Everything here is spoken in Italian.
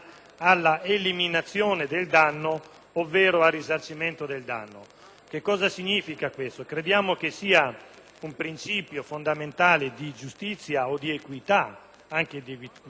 crede che sia un principio fondamentale di giustizia e di equità, anche sociale, pensare anche alla tutela delle vittime del reato.